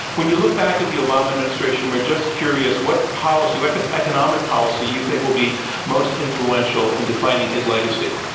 when you look back at the obama administration, we're just curious what policy what like ah economic policy you think will be most influential in defining his legacy?